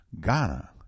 Ghana